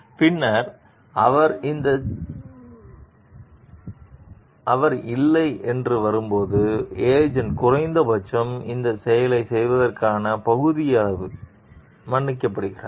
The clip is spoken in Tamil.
பின்னர் அவர் இந்த இல்லை என்று வரும்போது ஏஜெண்ட் குறைந்தபட்சம் அந்தச் செயலைச் செய்ததற்காகப் பகுதியளவு மன்னிக்கப்படுகிறார்